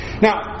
Now